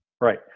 Right